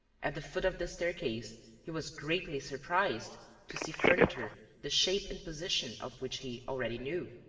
at the foot of this staircase, he was greatly surprised to see furniture the shape and position of which he already knew.